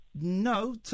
No